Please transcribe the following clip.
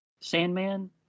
Sandman